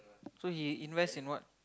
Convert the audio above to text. so he invest in what